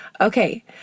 Okay